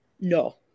No